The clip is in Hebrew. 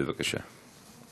בבקשה.